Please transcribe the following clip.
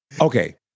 Okay